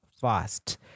fast